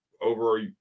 over